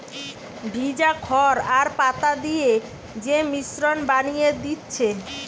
ভিজা খড় আর পাতা দিয়ে যে মিশ্রণ বানিয়ে দিচ্ছে